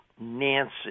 Nancy